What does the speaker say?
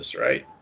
right